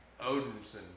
Odinson